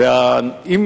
ולא נעשה שום דבר.